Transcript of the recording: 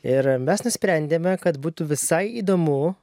ir mes nusprendėme kad būtų visai įdomu